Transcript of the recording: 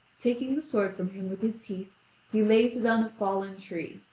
taking the sword from him with his teeth he lays it on a fallen tree,